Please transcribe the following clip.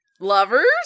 lovers